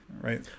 right